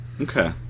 okay